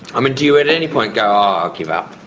i mean, do you at any point go, i give up,